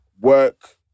Work